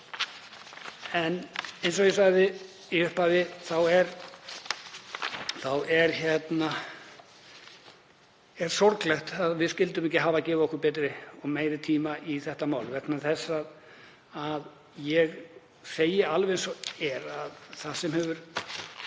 Eins og ég sagði í upphafi er sorglegt að við skyldum ekki hafa gefið okkur betri og meiri tíma í þetta mál.